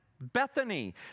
Bethany